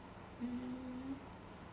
mm